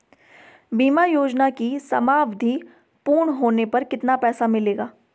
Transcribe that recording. बीमा योजना की समयावधि पूर्ण होने पर कितना पैसा मिलेगा?